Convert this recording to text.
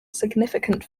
significant